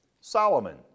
Solomon